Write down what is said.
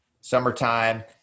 summertime